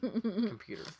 Computer